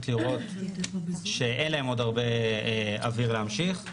לראות שאין להם עוד הרבה אוויר להמשיך.